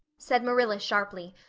said marilla sharply,